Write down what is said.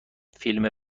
فیلم